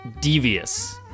devious